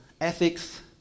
Ethics